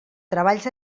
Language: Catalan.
treballs